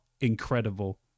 incredible